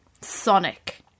Sonic